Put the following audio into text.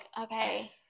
okay